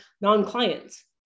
non-clients